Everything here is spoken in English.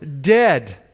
dead